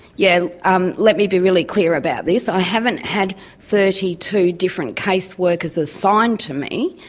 yeah um let me be really clear about this. i haven't had thirty two different case workers assigned to me,